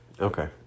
Okay